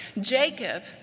Jacob